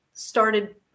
Started